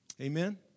Amen